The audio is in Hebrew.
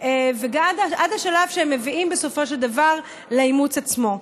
ועד השלב שהם באים בסופו של דבר לאימוץ עצמו.